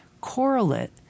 correlate